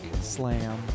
Slam